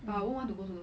but who want to go to